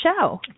show